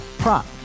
prop